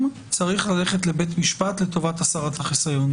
צריך ללכת לבית משפט לטובת הסרת החיסיון.